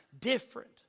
Different